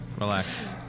Relax